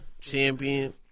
Champion